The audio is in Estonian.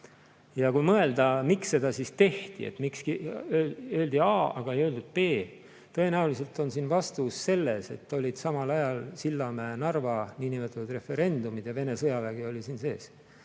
Ja kui mõelda, miks seda siis tehti, miks öeldi A, aga ei öeldud B – tõenäoliselt on vastus selles, et samal ajal olid Sillamäe ja Narva niinimetatud referendumid ja Vene sõjavägi oli siin sees.